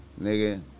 nigga